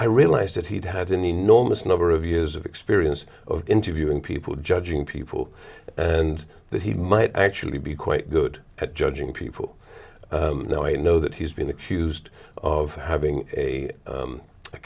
i realized that he'd had an enormous number of years of experience of interviewing people judging people and that he might actually be quite good at judging people you know i know that he's been accused of having a